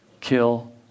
kill